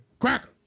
Cracker